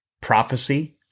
Prophecy